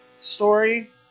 Story